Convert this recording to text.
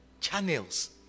channels